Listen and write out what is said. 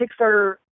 Kickstarter